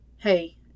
Hey